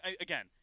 again